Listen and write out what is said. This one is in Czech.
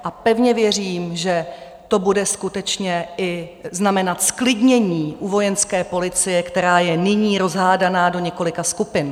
A pevně věřím, že to bude skutečně i znamenat zklidnění u Vojenské policie, která je nyní rozhádaná do několika skupin.